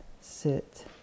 sit